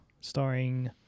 starring